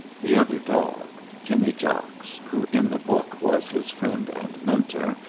the other dog, jimmy jocks, who in the book was his friend and mentor,